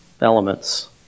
elements